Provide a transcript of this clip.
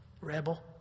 Rebel